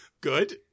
Good